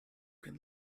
can